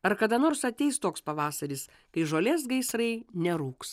ar kada nors ateis toks pavasaris kai žolės gaisrai nerūks